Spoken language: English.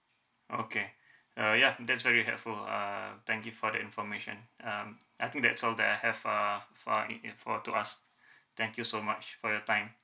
okay uh yeah that's very helpful uh thank you for the information um I think that's all that I have uh for it it for to ask thank you so much for your time